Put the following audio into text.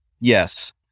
Yes